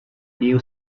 new